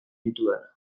ditudana